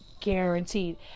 Guaranteed